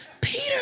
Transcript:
Peter